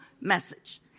message